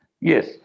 Yes